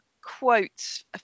quotes